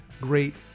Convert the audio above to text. great